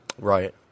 Right